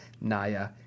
Naya